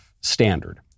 standard